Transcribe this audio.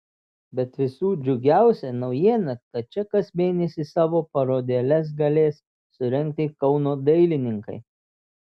bet visų džiugiausia naujiena kad čia kas mėnesį savo parodėles galės surengti kauno dailininkai